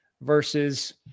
versus